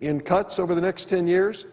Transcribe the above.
in cuts over the next ten years,